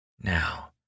Now